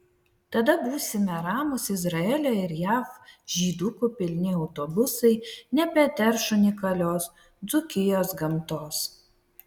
tada būsime ramūs izraelio ir jav žydukų pilni autobusai nebeterš unikalios dzūkijos gamtos